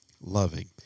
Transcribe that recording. loving